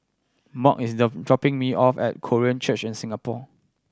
Mack is dropping me off at Korean Church in Singapore